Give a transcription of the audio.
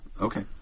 Okay